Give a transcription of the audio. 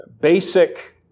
basic